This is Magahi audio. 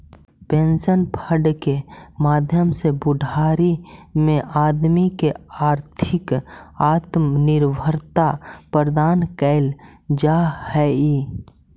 पेंशन फंड के माध्यम से बुढ़ारी में आदमी के आर्थिक आत्मनिर्भरता प्रदान कैल जा हई